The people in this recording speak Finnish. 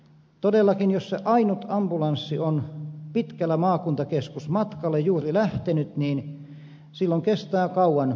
todellakin jos se ainut ambulanssi on pitkälle maakuntakeskusmatkalle juuri lähtenyt niin silloin kestää kauan avun saanti